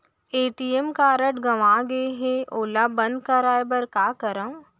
ATM card गंवा गे है ओला बंद कराये बर का करंव?